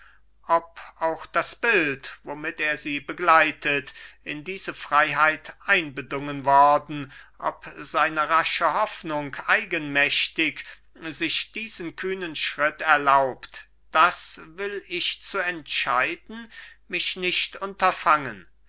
ob auch das bild womit er sie begleitet in diese freiheit einbedungen worden ob seine rasche hoffnung eigenmächtig sich diesen kühnen schritt erlaubt das will ich zu entscheiden mich nicht unterfangen